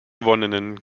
wurden